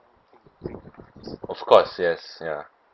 of course yes ya